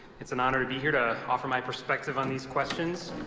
it's an honor to be here to offer my perspective on these questions.